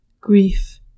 grief